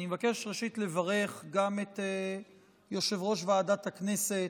אני מבקש ראשית לברך את יושב-ראש ועדת הכנסת,